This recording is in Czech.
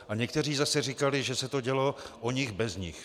A někteří zase říkali, že se to dělo o nich bez nich.